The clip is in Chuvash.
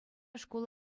шкул